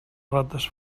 rates